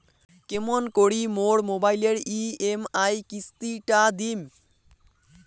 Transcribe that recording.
কেমন করি মোর মোবাইলের ই.এম.আই কিস্তি টা দিম?